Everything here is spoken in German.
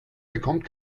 bekommt